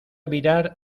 virar